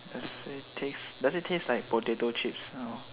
does it taste does it taste like potato chips